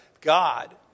God